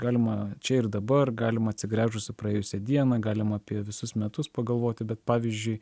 galima čia ir dabar galima atsigręžus į praėjusią dieną galima apie visus metus pagalvoti bet pavyzdžiui